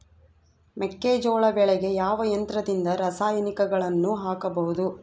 ಮೆಕ್ಕೆಜೋಳ ಬೆಳೆಗೆ ಯಾವ ಯಂತ್ರದಿಂದ ರಾಸಾಯನಿಕಗಳನ್ನು ಹಾಕಬಹುದು?